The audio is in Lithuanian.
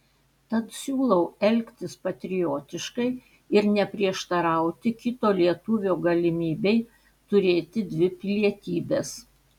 tad siūlau elgtis patriotiškai ir neprieštarauti kito lietuvio galimybei turėti dvi pilietybes